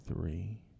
three